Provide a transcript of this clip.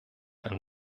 ein